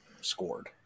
scored